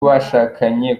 bashakanye